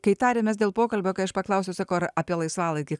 kai tariamės dėl pokalbio kai aš paklausiau sako ar apie laisvalaikį